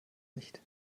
nicht